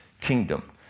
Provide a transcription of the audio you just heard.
kingdom